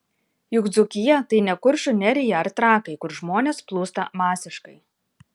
juk dzūkija tai ne kuršių nerija ar trakai kur žmonės plūsta masiškai